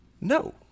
No